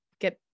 get